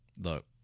Look